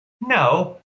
no